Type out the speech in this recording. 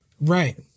Right